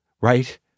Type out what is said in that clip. right